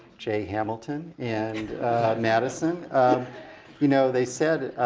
j hamilton and madison. um you know they said,